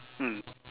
mm